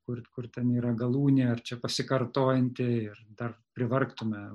kur kur ten yra galūnė ar čia pasikartojanti ir dar privargtume